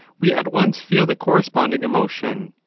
we at once feel the corresponding emotion,